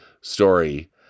story